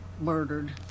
murdered